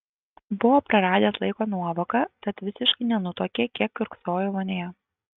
buvo praradęs laiko nuovoką tad visiškai nenutuokė kiek kiurksojo vonioje